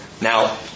Now